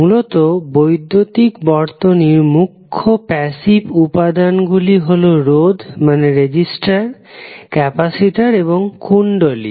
মূলত বৈদ্যুতিক বর্তনীর মুখ্য প্যাসিভ উপাদান গুলি হলো রোধ ক্যাপাসিটর এবং কুণ্ডলী